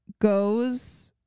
goes